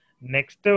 Next